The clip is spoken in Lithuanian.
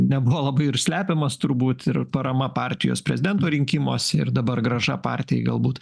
nebuvo labai ir slepiamas turbūt ir parama partijos prezidento rinkimuose ir dabar grąža partijai galbūt